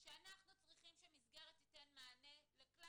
שאנחנו צריכים שמסגרת תיתן מענה לכלל